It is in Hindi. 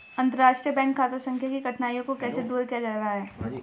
अंतर्राष्ट्रीय बैंक खाता संख्या की कठिनाइयों को कैसे दूर किया जा रहा है?